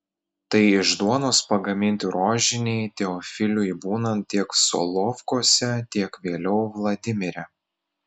tai iš duonos pagaminti rožiniai teofiliui būnant tiek solovkuose tiek vėliau vladimire